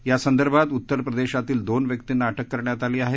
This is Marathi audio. या संदर्भात उत्तर प्रदेशातील दोन व्यर्तींना अटक करण्यात आली आहे